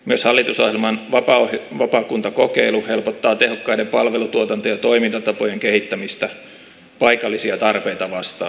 myös hallitusohjelman vapaakuntakokeilu helpottaa tehokkaiden palvelutuotanto ja toimintatapojen kehittämistä paikallisia tarpeita vastaaviksi